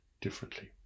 differently